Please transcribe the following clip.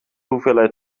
hoeveelheid